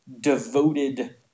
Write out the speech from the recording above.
devoted